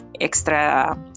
extra